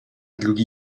drugi